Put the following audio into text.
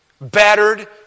battered